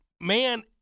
man